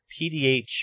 pdh